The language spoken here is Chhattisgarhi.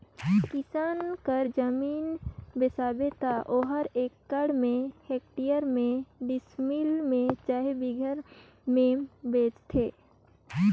किसानी कर जमीन बेसाबे त ओहर एकड़ में, हेक्टेयर में, डिसमिल में चहे बीघा में बेंचाथे